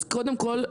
אז קודם כול,